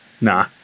Nah